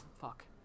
fuck